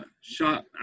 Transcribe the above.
shot